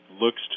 looks